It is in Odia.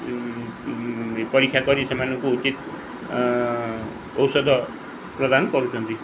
ପରୀକ୍ଷା କରି ସେମାନଙ୍କୁ ଉଚିତ୍ ଔଷଧ ପ୍ରଦାନ କରୁଛନ୍ତି